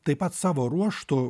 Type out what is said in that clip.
taip pat savo ruožtu